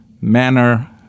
manner